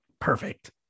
perfect